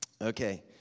Okay